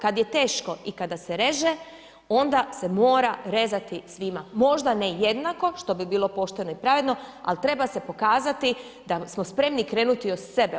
Kada je teško i kada se reže onda se mora rezati svima, možda ne jednako, što bi bilo pošteno i pravedno ali treba se pokazati da smo spremni krenuti od sebe.